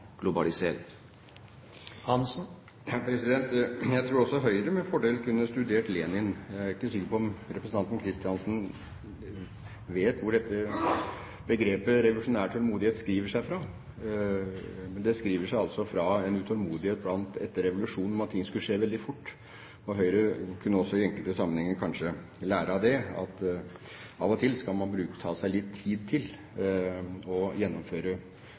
Jeg tror også Høyre med fordel kunne studert Lenin. Jeg er ikke sikker på om representanten Kristiansen vet hvor dette begrepet «revolusjonær tålmodighet» skriver seg fra. Det skriver seg altså fra en utålmodighet etter revolusjonen, at ting skulle skje veldig fort. Høyre kunne også i enkelte sammenhenger kanskje lære av det, at av og til skal man ta seg litt tid til å gjennomføre